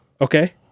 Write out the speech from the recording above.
Okay